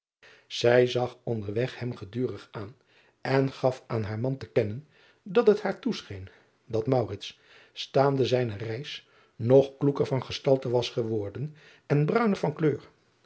ij zag onder weg hem gedurig aan en gaf aan haar man te kennen dat het haar toescheen dat staande zijne reis nog kloeker van gestalte was geworden en bruiner van kleur